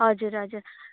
हजुर हजुर